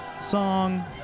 Song